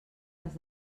les